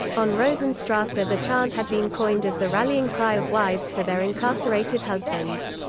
on rosenstrasse ah the chant had been coined as the rallying cry of wives for their incarcerated husbands.